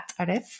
Arif